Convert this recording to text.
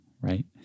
right